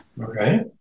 okay